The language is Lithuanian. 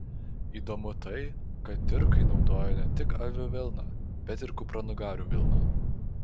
įdomu tai kad tiurkai naudojo ne tik avių vilną bet ir kupranugarių vilną